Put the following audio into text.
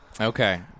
Okay